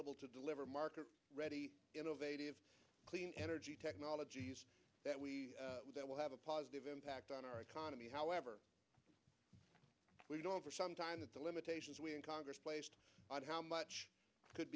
available to deliver market ready innovative clean energy technology that will have a positive impact on our economy however we don't for some time that the limitations we in congress placed on how much could